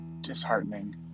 disheartening